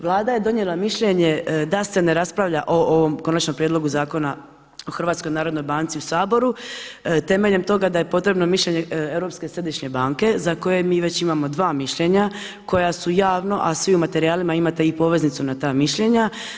Vlada je donijela mišljenje da se ne raspravlja o ovom Konačnom prijedlogu zakona o HNB-u u Saboru temeljem toga da je potrebno mišljenje Europske središnje banke za koje mi već imamo dva mišljenja koja su javno a svi u materijalima imate i poveznicu na ta mišljenja.